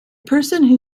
person